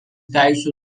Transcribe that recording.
teisių